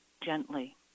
gently